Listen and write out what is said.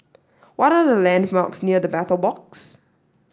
what are the landmarks near The Battle Box